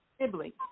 Sibling